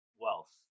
wealth